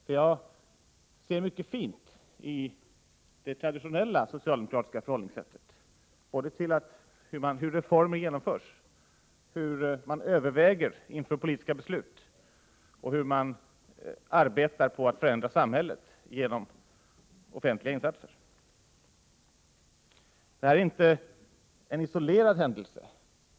Jag ser nämligen mycket fint i det traditionella socialdemokratiska förhållningssättet, när det gäller hur reformer genomförs, hur man överväger inför politiska beslut och hur man arbetar på att förändra samhället genom offentliga insatser. Detta är inte en isolerad händelse.